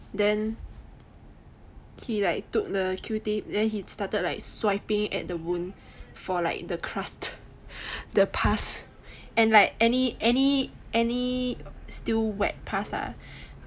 then he like took the Q tip then he started like swiping at the wound for like the crust the pus and like any any any still wet pus ah